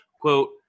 quote